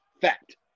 Fact